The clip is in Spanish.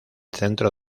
centro